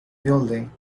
building